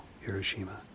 Hiroshima